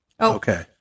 Okay